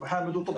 איפה מותר לבנות,